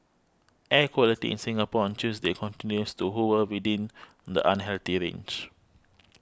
air quality in Singapore on Tuesday continues to hover within the unhealthy range